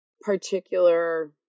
particular